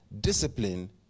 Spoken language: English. discipline